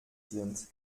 sind